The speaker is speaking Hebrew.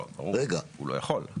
ברור, הוא לא יכול.